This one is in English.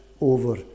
over